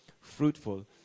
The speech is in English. fruitful